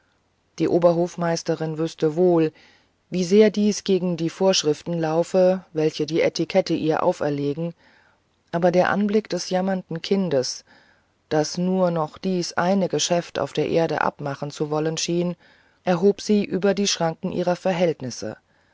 die oberhofmeisterin wüßte wohl wie sehr dies gegen die vorschriften laufe welche die etikette ihr auferlegen aber der anblick des jammernden kindes das nur noch dies eine geschäft auf der erde abmachen zu wollen schien erhob sie über die schranken ihrer verhältnisse